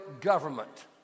government